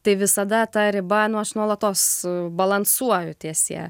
tai visada ta riba nu aš nuolatos balansuoju ties ja